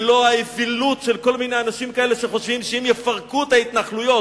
ולא האווילות של כל מיני אנשים כאלה שחושבים שאם יפרקו את ההתנחלויות,